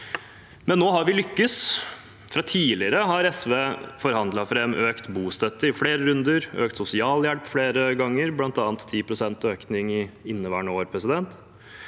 Men nå har vi lykkes. Fra tidligere har SV forhandlet fram økt bostøtte i flere runder, økt sosialhjelp flere ganger, bl.a. 10 pst. økning i inneværende år. Men